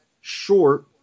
short